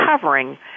covering